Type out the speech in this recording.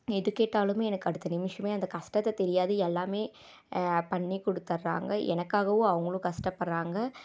எது கேட்டாலுமே எனக்கு அடுத்த நிமிஷமே அந்த கஷ்டத்தை தெரியாது எல்லாமே பண்ணி கொடுத்தட்றாங்க எனக்காகவும் அவங்களும் கஷ்டப்படுறாங்க